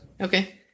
Okay